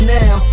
now